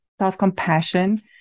self-compassion